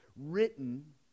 written